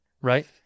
Right